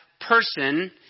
person